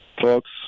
Folks